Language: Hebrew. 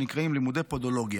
שנקראים לימודי פודולוגיה.